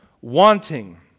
wanting